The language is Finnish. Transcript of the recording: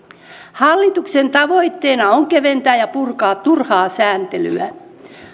hallituksen tavoitteena on keventää ja purkaa turhaa sääntelyä